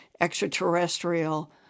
extraterrestrial